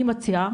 אני מציעה